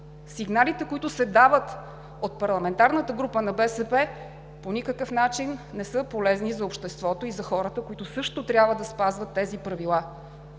Сигналите, които се дават от парламентарната група на БСП, по никакъв начин не са полезни за обществото и за хората, които също трябва да спазват тези правила.